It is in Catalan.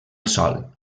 sòl